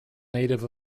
native